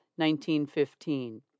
1915